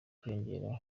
kwiyongera